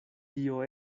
tio